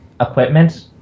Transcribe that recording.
equipment